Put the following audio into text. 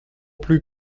plus